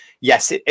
yes